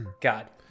God